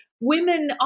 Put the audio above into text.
women